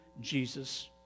Jesus